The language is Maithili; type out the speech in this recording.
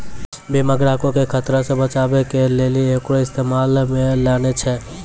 बीमा ग्राहको के खतरा से बचाबै के लेली एकरो इस्तेमाल मे लानै छै